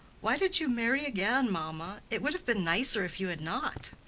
why did you marry again, mamma? it would have been nicer if you had not.